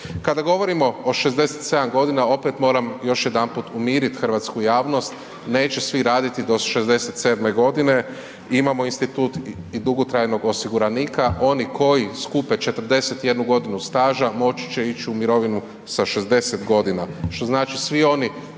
Kada govorimo o 67 godina opet moram još jedanput umirit hrvatsku javnost neće svi raditi do 67 godine, imamo institut i dugotrajnog osiguranika, oni koji skupe 41 godinu staža moći će ići u mirovinu sa 60 godina. Što znači svi oni